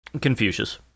Confucius